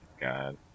God